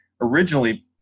originally